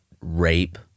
rape